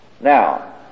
Now